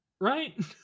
right